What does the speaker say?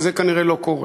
וזה כנראה לא קורה.